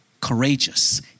courageous